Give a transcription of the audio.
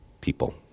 people